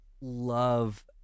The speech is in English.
love